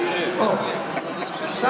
עכשיו,